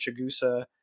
Chagusa